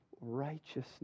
righteousness